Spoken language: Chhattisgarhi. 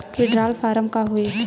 विड्राल फारम का होथेय